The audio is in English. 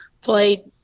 played